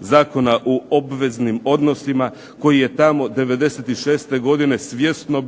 Zakona o obveznim odnosima koji je tamo '96. godine svjesno